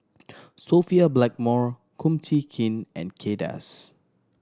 Sophia Blackmore Kum Chee Kin and Kay Das